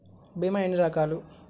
భీమ ఎన్ని రకాలు?